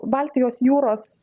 baltijos jūros